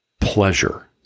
pleasure